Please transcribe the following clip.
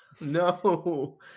no